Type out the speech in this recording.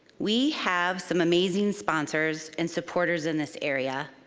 we have some amazing sponsors and supporters in this area.